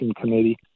Committee